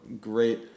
great